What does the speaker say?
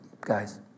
guys